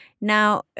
Now